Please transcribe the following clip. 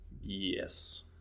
Yes